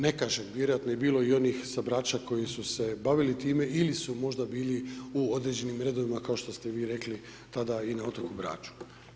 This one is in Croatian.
Ne kažem, vjerojatno je bilo i onih sa Brača koji su se bavili time ili su možda bili u određenim redovima kao što ste vi rekli tada i na otoku Braču.